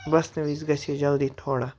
بَس تَمہِ وِزِ گژھِ ہے جلدی تھوڑا